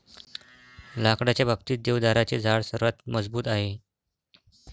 लाकडाच्या बाबतीत, देवदाराचे झाड सर्वात मजबूत आहे